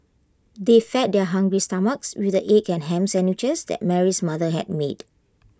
they fed their hungry stomachs with the egg and Ham Sandwiches that Mary's mother had made